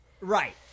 Right